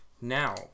Now